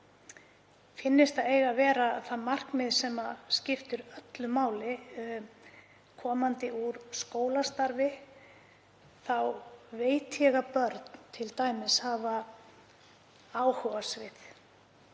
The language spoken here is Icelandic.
finnist það eiga að vera það markmið sem skiptir öllu máli. Komandi úr skólastarfi þá veit ég að börn hafa sitt áhugasvið